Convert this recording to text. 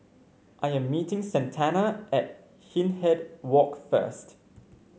I am meeting Santana at Hindhede Walk first